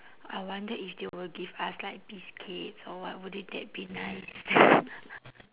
I wonder if they will give us like biscuits or what wouldn't that be nice